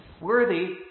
Worthy